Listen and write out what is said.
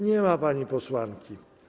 Nie ma pani posłanki.